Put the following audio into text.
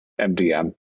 MDM